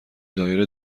دایره